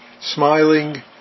Smiling